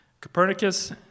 Copernicus